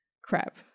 crap